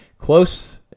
Close